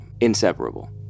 Inseparable